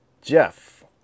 Jeff